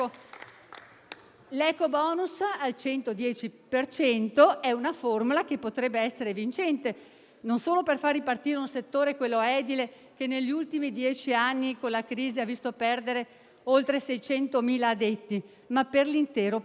L'ecobonus al 110 per cento è una formula che potrebbe essere vincente non solo per far ripartire il settore edile, che negli ultimi dieci anni, con la crisi, ha visto perdere oltre 600.000 addetti, ma per l'intero Paese.